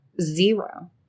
Zero